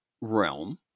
realm